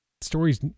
stories